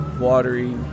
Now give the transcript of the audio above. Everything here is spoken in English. watery